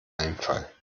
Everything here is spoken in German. einfall